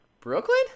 Brooklyn